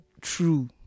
true